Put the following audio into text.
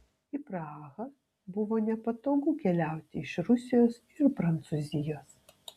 į prahą buvo nepatogu keliauti iš rusijos ir prancūzijos